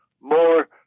more